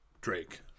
Drake